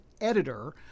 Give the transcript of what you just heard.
editor